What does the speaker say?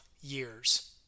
years